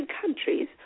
countries